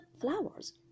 flowers